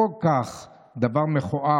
דבר כל כך מכוער,